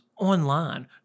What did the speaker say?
online